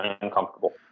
uncomfortable